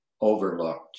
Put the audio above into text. overlooked